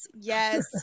Yes